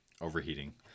Overheating